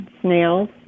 snails